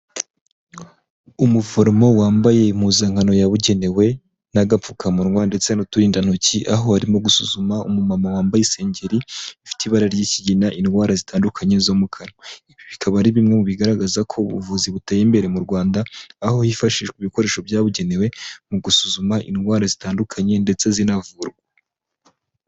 Umuforomo wambaye impuzankano yabugenewe n'agapfukamunwa ndetse n'uturindantoki, aho arimo gusuzuma umumama wambaye isengeri ifite ibara ry'ikigina, indwara zitandukanye zo mukanwa. Ibi bikaba ari bimwe mu bigaragaza ko ubuvuzi buteye imbere mu Rwanda, aho hifashishwa ibikoresho byabugenewe mu gusuzuma indwara zitandukanye ndetse zinavurwa.